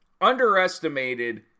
underestimated